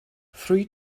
three